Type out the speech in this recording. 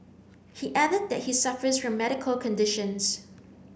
he added that he suffers from medical conditions